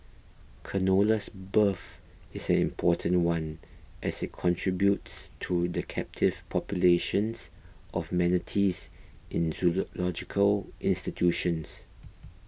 canola's birth is an important one as it contributes to the captive populations of manatees in zoological institutions